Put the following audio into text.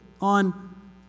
on